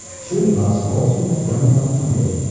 shrinivas also met damodar pandit,